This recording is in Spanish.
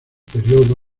período